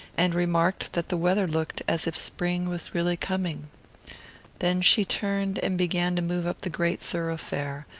and remarked that the weather looked as if spring was really coming then she turned and began to move up the great thoroughfare,